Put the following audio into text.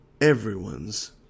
everyone's